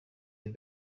had